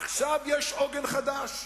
עכשיו יש עוגן חדש: